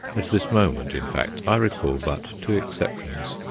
at this moment, in fact, i recall but two exceptions,